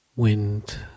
Wind